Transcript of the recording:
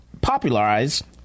popularized